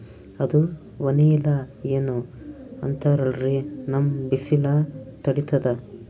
ಅದು ವನಿಲಾ ಏನೋ ಅಂತಾರಲ್ರೀ, ನಮ್ ಬಿಸಿಲ ತಡೀತದಾ?